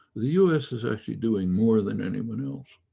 the us is actually doing more than anyone else.